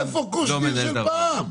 איפה קושניר של פעם?